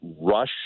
rush